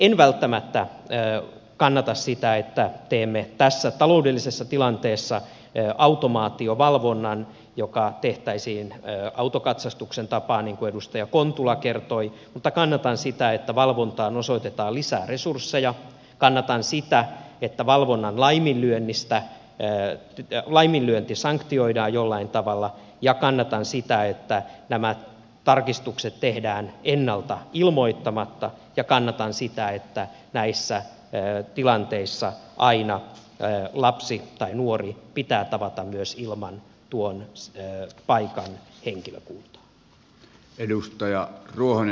en välttämättä kannata sitä että teemme tässä taloudellisessa tilanteessa automaatiovalvonnan joka tehtäisiin autokatsastuksen tapaan niin kuin edustaja kontula kertoi mutta kannatan sitä että valvontaan osoitetaan lisää resursseja kannatan sitä että valvonnan laiminlyönti sanktioidaan jollain tavalla kannatan sitä että nämä tarkastukset tehdään ennalta ilmoittamatta ja kannatan sitä että näissä tilanteissa lapsi tai nuori pitää aina tavata myös ilman tuon paikan henkilökuntaa